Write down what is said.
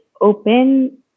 open